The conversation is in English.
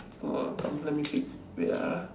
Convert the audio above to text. !wah! come let me pick wait ah